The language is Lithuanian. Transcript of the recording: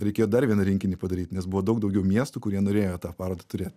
reikėjo dar vieną rinkinį padaryt nes buvo daug daugiau miestų kurie norėjo tą parodą turėt